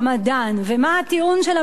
ומה הטיעון של הממשלה?